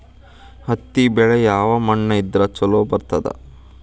ಹತ್ತಿ ಬೆಳಿ ಯಾವ ಮಣ್ಣ ಇದ್ರ ಛಲೋ ಬರ್ತದ?